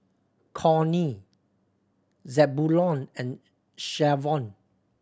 Connie Zebulon and Shavon